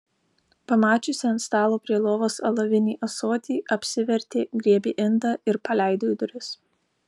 pamačiusi ant stalo prie lovos alavinį ąsotį apsivertė griebė indą ir paleido į duris